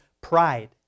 pride